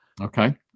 Okay